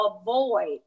avoid